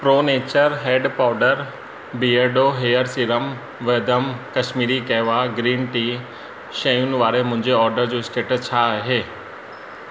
pro nature head powder Beardo hair serum Vahdam Kashmiri kahwa green tea शयुनि वारे मुंहिंजे ऑडर जो स्टेटस छा आहे